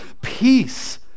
peace